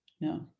No